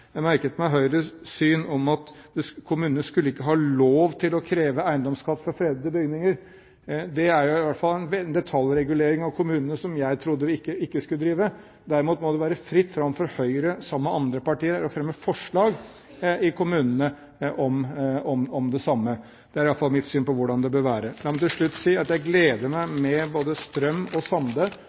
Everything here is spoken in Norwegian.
Jeg merket meg Høyres syn om at kommunene ikke skulle ha lov til å kreve eiendomsskatt for fredede bygninger. Det er i hvert fall en detaljregulering av kommunene som jeg trodde vi ikke skulle drive med. Derimot må det være fritt fram for Høyre sammen med andre partier å fremme forslag i kommunene om det samme. Det er iallfall mitt syn på hvordan det bør være. La meg til slutt si at jeg gleder meg med både Tor-Arne Strøm og Erling Sande